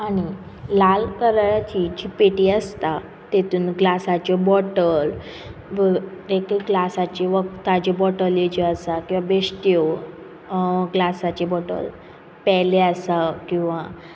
आनी लाल कलराची जी पेटी आसता तातूंत ग्लासाच्यो बोटल ग्लासाची वकदां जी बोटली ज्यो आसा किंवां बेश्ट्यो ग्लासाची बॉटल पेले आसा किंवां